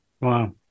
Wow